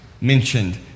mentioned